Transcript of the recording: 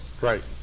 Right